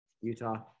Utah